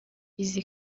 izi